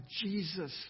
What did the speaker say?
Jesus